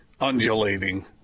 undulating